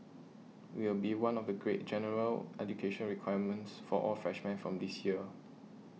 it will be one of the great general education requirements for all freshmen from this year